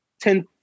ten